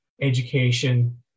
education